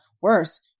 worse